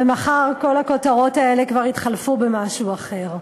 ומחר כל הכותרות האלה כבר יתחלפו במשהו אחר,